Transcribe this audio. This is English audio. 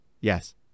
yes